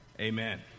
amen